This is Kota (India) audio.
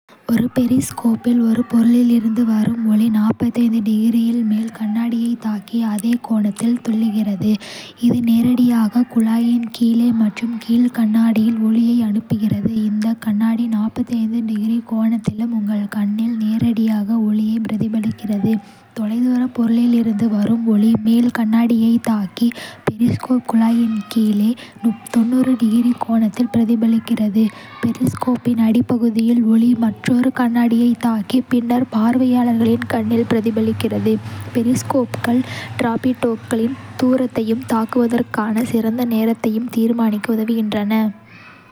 ஒரு பெரிஸ்கோப்பில், ஒரு பொருளிலிருந்து வரும் ஒளி இல் மேல் கண்ணாடியைத் தாக்கி அதே கோணத்தில் துள்ளுகிறது. இது நேரடியாக குழாயின் கீழே மற்றும் கீழ் கண்ணாடியில் ஒளியை அனுப்புகிறது. இந்த கண்ணாடி, கோணத்திலும், உங்கள் கண்ணில் நேரடியாக ஒளியைப் பிரதிபலிக்கிறது. தொலைதூரப் பொருளிலிருந்து வரும் ஒளி, மேல் கண்ணாடியைத் தாக்கி, பெரிஸ்கோப் குழாயின் கீழே டிகிரி கோணத்தில் பிரதிபலிக்கிறது. பெரிஸ்கோப்பின் அடிப்பகுதியில், ஒளி மற்றொரு கண்ணாடியைத் தாக்கி, பின்னர் பார்வையாளரின் கண்ணில் பிரதிபலிக்கிறது. பெரிஸ்கோப்புகள் டார்பிடோக்களின் தூரத்தையும் தாக்குவதற்கான சிறந்த நேரத்தையும் தீர்மானிக்க உதவுகின்றன.